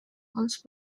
once